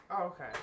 okay